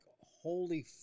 holy